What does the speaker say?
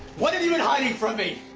what have you been hiding from me?